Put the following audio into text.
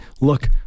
look